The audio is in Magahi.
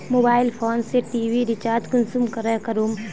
मोबाईल फोन से टी.वी रिचार्ज कुंसम करे करूम?